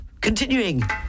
Continuing